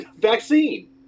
vaccine